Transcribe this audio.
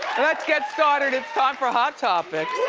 get started, it's time for hot topics.